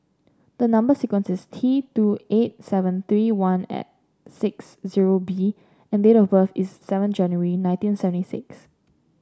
the number sequence is T two eight seven three one six zero B and date of birth is seven January nineteen seventy six